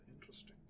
Interesting